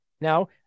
Now